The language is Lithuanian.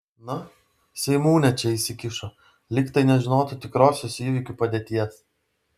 na seimūnė čia įsikišo lyg tai nežinotų tikrosios įvykių padėties